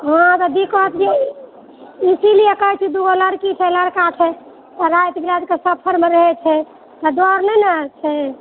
हाँ तऽ दिक्कत जे इसीलिए कहैत छी दूगो लड़की छै लड़का छै आ राति बिरातिकऽ सफरमऽ रहैत छै तऽ डर नहि न छै